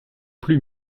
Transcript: plus